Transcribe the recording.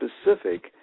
specific